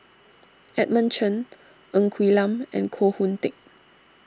Edmund Chen Ng Quee Lam and Koh Hoon Teck